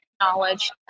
knowledge